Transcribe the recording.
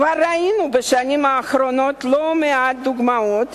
כבר ראינו בשנים האחרונות לא מעט דוגמאות